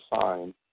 sign